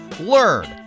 learn